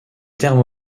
terme